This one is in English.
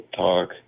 talk